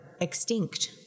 extinct